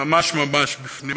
ממש ממש בפנים.